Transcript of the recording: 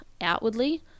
outwardly